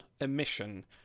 emission